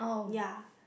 ya